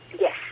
Yes